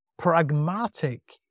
pragmatic